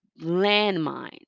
Landmines